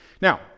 Now